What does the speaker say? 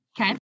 Okay